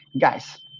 guys